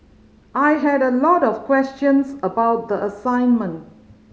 I had a lot of questions about the assignment